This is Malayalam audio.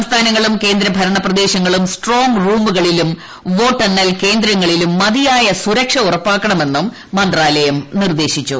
സംസ്ഥാനങ്ങളും കേന്ദ്രഭരണ പ്രദേശങ്ങളും സ്ട്രോങ്ങ് റൂമുകളിലും വോട്ടെണ്ണൽ കേന്ദ്രങ്ങളിലും മതിയായ സുരക്ഷ ഉറപ്പാക്കണമെന്നും മന്ത്രാലയം നിർദ്ദേശിച്ചു